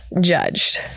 judged